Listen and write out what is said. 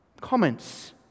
comments